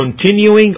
continuing